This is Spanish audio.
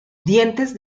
dientes